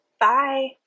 Bye